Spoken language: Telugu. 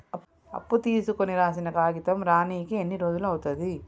అప్పు తీసుకోనికి రాసిన కాగితం రానీకి ఎన్ని రోజులు అవుతది?